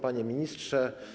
Panie Ministrze!